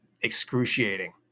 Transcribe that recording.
excruciating